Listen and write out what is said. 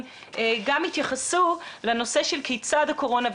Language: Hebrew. פה גם יתייחסו לנושא של כיצד הקורונה,